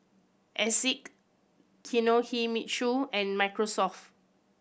Asics Kinohimitsu and Microsoft